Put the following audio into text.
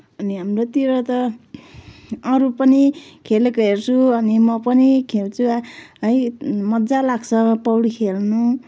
अनि हाम्रोतिर त अरू पनि खेलेको हेर्छु अनि म पनि खेल्छु है मजा लाग्छ पौडी खेल्नु